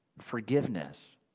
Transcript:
forgiveness